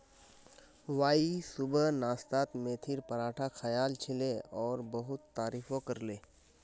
Y सुबह नाश्तात मेथीर पराठा खायाल छिले और बहुत तारीफो करले